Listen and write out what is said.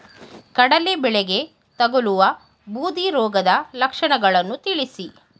ಕಡಲೆ ಬೆಳೆಗೆ ತಗಲುವ ಬೂದಿ ರೋಗದ ಲಕ್ಷಣಗಳನ್ನು ತಿಳಿಸಿ?